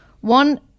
One